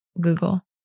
Google